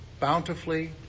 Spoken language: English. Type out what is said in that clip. bountifully